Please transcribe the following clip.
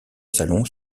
salon